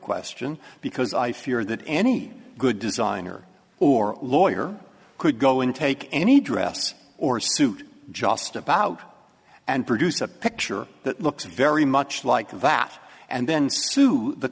question because i fear that any good designer or lawyer could go in take any dress or suit just about and produce a picture that looks very much like that and then to the